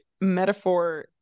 metaphor